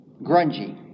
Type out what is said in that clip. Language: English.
grungy